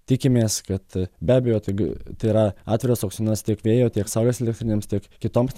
tikimės kad be abejo taigi tai yra atviras aukcionas tiek vėjo tiek saulės elektrinėms tiek kitoms